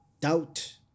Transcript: doubt